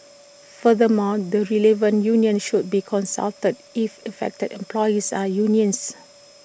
furthermore the relevant union should be consulted if affected employees are unionised